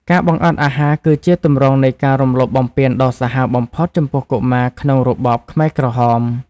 ការបង្អត់អាហារគឺជាទម្រង់នៃការរំលោភបំពានដ៏សាហាវបំផុតចំពោះកុមារក្នុងរបបខ្មែរក្រហម។